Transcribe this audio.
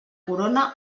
corona